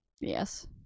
Yes